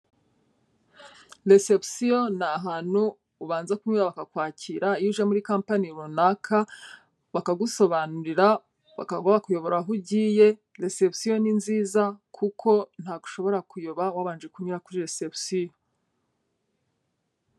Reception ni ahantu ubanza kun bakakwakira iyo uje muri company runaka, bakagusobanurira bakakuyobora aho ugiye, reception ni nziza kuko ntabwo ushobora kuyoba wabanje kunyura kuri reception.